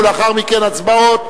ולאחר מכן הצבעות,